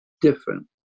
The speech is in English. different